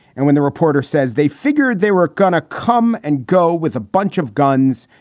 and when the reporter says they figured they were going to come and go with a bunch of guns.